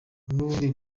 n’ubundi